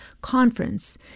conference